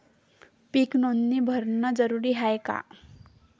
पीक नोंदनी भरनं जरूरी हाये का?